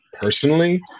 personally